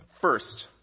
First